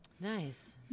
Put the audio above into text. nice